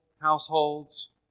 households